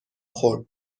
خورد